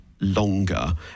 longer